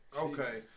Okay